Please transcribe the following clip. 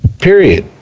Period